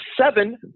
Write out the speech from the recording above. seven